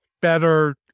better